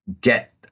get